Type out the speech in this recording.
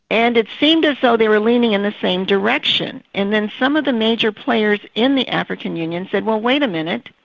and it seemed as though they were leaning in the same direction, and then some of the major players in the african union said, well wait a minute,